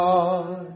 God